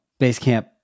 Basecamp